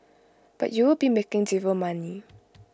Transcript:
but you'll be making zero money